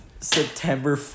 September